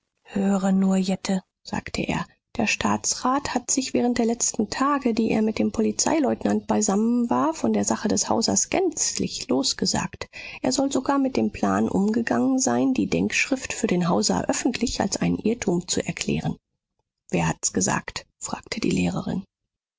höre nur jette sagte er der staatsrat hat sich während der letzten tage die er mit dem polizeileutnant beisammen war von der sache des hauser gänzlich losgesagt er soll sogar mit dem plan umgegangen sein die denkschrift für den hauser öffentlich als einen irrtum zu erklären wer hat's gesagt fragte die lehrerin